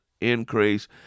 increase